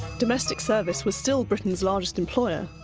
domestic service was still britain's largest employer,